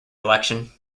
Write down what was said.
election